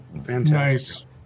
Fantastic